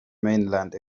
mainland